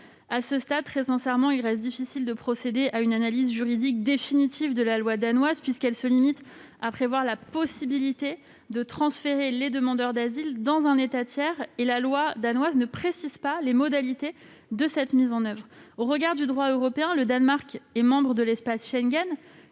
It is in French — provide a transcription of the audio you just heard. À ce stade, très sincèrement, il reste difficile de procéder à une analyse juridique définitive de la loi danoise, puisqu'elle se limite à prévoir la possibilité de transférer les demandeurs d'asile dans un État tiers, et que la loi danoise ne précise pas les modalités de cette mise en oeuvre. Au regard du droit européen, le Danemark est membre de l'espace Schengen,